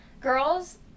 girls